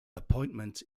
appointment